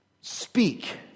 speak